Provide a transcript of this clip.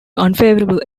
unfavorable